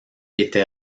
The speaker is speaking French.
était